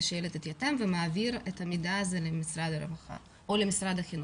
שילד התייתם ומעביר את המידע הזה למשרד הרווחה או למשרד החינוך.